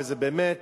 וזה באמת